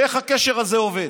ואיך הקשר הזה עובד.